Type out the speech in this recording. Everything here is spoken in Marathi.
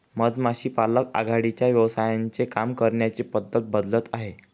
मधमाशी पालक आघाडीच्या व्यवसायांचे काम करण्याची पद्धत बदलत आहे